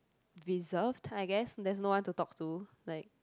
reserved I guess there's no one to talk to like